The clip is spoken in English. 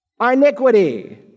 Iniquity